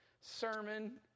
sermon